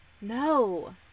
No